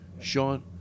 Sean